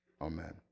Amen